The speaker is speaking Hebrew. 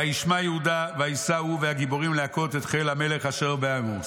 וישמע יהודה וייסע הוא והגיבורים להכות את חיל המלך אשר בעמאוס.